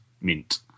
Mint